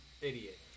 idiot